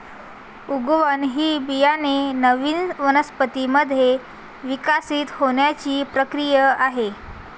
उगवण ही बियाणे नवीन वनस्पतीं मध्ये विकसित होण्याची प्रक्रिया आहे